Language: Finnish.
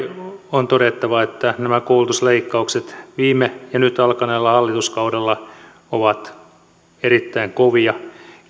on todettava että nämä koulutusleikkaukset viime ja nyt alkaneella hallituskaudella ovat erittäin kovia